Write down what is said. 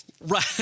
Right